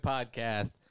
Podcast